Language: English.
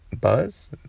buzz